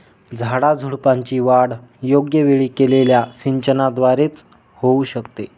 झाडाझुडपांची वाढ योग्य वेळी केलेल्या सिंचनाद्वारे च होऊ शकते